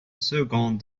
second